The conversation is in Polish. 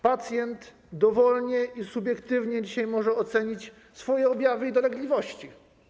Pacjent dowolnie i subiektywnie dzisiaj może ocenić swoje objawy i dolegliwości.